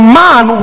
man